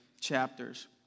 chapters